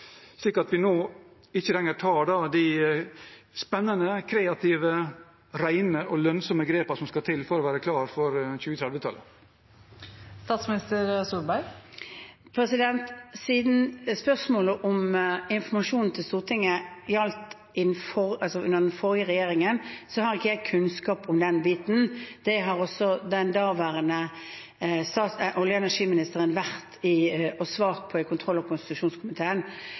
slik at vi ikke lenger tar de spennende, kreative, rene og lønnsomme grepene som skal til for å være klar for 2030-tallet? Siden spørsmålet om informasjonen til Stortinget gjaldt under den forrige regjeringen, har ikke jeg kunnskap om den biten. Dette har den daværende olje- og energiministeren svart på i kontroll- og konstitusjonskomiteen.